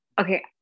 okay